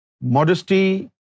Modesty